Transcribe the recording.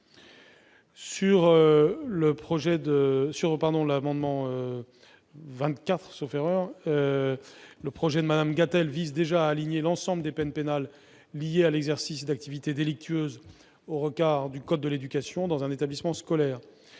n° 24 rectifié , le texte de Mme Gatel vise déjà à aligner l'ensemble des peines pénales liées à l'exercice d'activités délictueuses au regard du code de l'éducation dans un établissement scolaire.